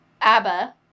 Abba